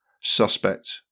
Suspect